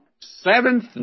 seventh